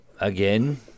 Again